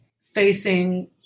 facing